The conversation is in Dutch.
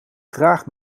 graag